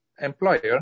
employer